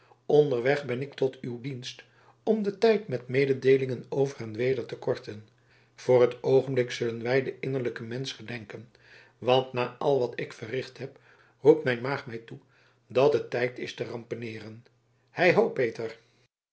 onderweg ben ik tot uw dienst om den tijd met mededeelingen over en weder te korten voor t oogenblik zullen wij den innerlijken mensch gedenken want na al wat ik verricht heb roept mijn maag mij toe dat het tijd is te rampeneeren hei ho peter